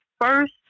first